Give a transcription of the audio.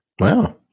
Wow